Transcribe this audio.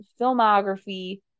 filmography